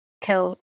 kill